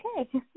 okay